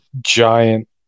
giant